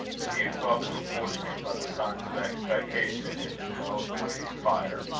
the mute welcome afforded him by the signs of expectation, in the glow of the waiting fire,